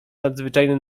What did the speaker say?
nadzwyczajne